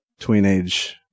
tweenage